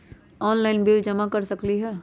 Online bill जमा कर सकती ह?